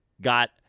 got